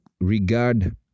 regard